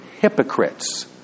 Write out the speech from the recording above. hypocrites